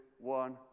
One